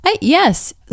Yes